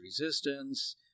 Resistance